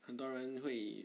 很多人会